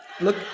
Look